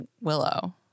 Willow